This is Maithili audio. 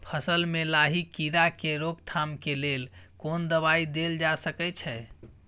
फसल में लाही कीरा के रोकथाम के लेल कोन दवाई देल जा सके छै?